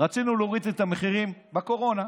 רצינו להוריד את המחירים, בקורונה.